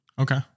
Okay